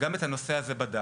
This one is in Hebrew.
גם את הנושא הזה בדקנו.